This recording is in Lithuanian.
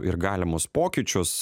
ir galimus pokyčius